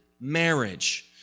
marriage